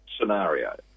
scenario